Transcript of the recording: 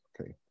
Okay